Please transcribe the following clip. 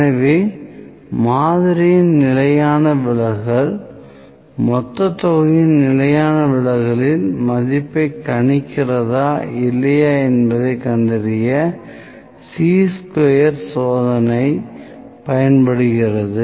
எனவே மாதிரியின் நிலையான விலகல் மொத்த தொகையின் நிலையான விலகலின் மதிப்பைக் கணிக்கிறதா இல்லையா என்பதைக் கண்டறிய சீ ஸ்கொயர் சோதனை பயன்படுத்தப்படுகிறது